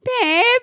Babe